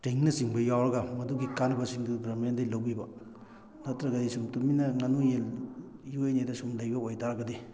ꯇ꯭ꯔꯦꯅꯤꯡꯅꯆꯤꯡꯕ ꯌꯥꯎꯔꯒ ꯃꯗꯨꯒꯤ ꯀꯥꯟꯅꯕꯁꯤꯡꯗꯨ ꯒꯔꯃꯦꯟꯗꯩ ꯂꯧꯕꯤꯕ ꯅꯠꯇ꯭ꯔꯒꯗꯤ ꯁꯨꯝ ꯇꯨꯃꯤꯟꯅ ꯉꯥꯅꯨ ꯌꯦꯟ ꯌꯣꯛꯏꯅꯦꯅ ꯁꯨꯝ ꯂꯩꯕ ꯑꯣꯏ ꯇꯥꯔꯒꯗꯤ